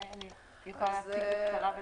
אולי אני צריכה להציג בקצרה ולהקריא?